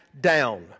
down